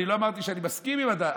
לא אמרתי שאני מסכים עם הדת,